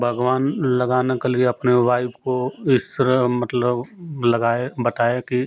बागवान लगाने के लिए अपने वाइफ को इस तरह मतलब लगाए बताए कि